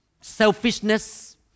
selfishness